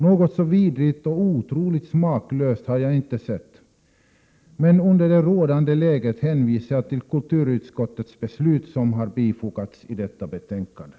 Något så vidrigt och otroligt smaklöst har jag aldrig tidigare sett. I nuvarande läge hänvisar jag till — Prot. 1987/88:122